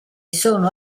sono